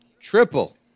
triple